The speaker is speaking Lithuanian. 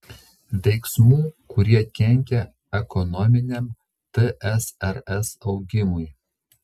veiksmų kurie kenkia ekonominiam tsrs augimui